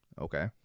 okay